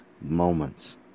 Moments